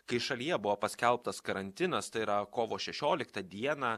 kai šalyje buvo paskelbtas karantinas tai yra kovo šešioliktą dieną